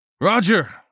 Roger